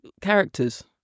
characters